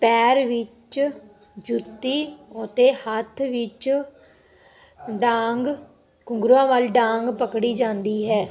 ਪੈਰ ਵਿੱਚ ਜੁੱਤੀ ਅਤੇ ਹੱਥ ਵਿੱਚ ਡਾਂਗ ਘੁੰਗਰੂਆਂ ਵਾਲੀ ਡਾਂਗ ਪਕੜੀ ਜਾਂਦੀ ਹੈ